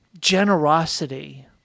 generosity